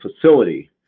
facility